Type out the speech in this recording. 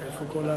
איפה כל השואלים?